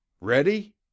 Ready